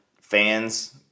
Fans